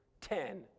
ten